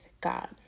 God